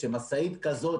וכשמשאית כזאת,